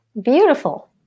Beautiful